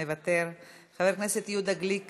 מוותר, חבר הכנסת יהודה גליק